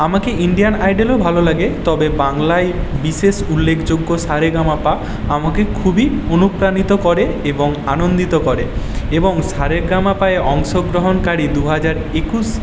আমাকে ইন্ডিয়ান আইডেলও ভালো লাগে তবে বাংলায় বিশেষ উল্লেখযোগ্য সা রে গা মা পা আমাকে খুবই অনুপ্রাণিত করে এবং আনন্দিত করে এবং সা রে গা মা পায়ে অংশগ্রহনকারী দু হাজার একুশ